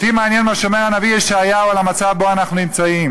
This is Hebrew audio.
אותי מעניין מה שאומר הנביא ישעיהו על המצב שבו אנחנו נמצאים: